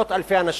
לעשרות אלפי אנשים,